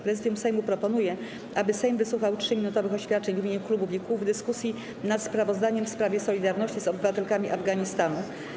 Prezydium Sejmu proponuje, aby Sejm wysłuchał 3-minutowych oświadczeń w imieniu klubów i kół w dyskusji nad sprawozdaniem w sprawie solidarności z obywatelkami Afganistanu.